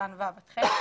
עד (ח),